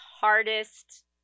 hardest